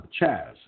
Chaz